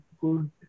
good